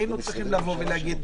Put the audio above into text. לא היינו שורדים את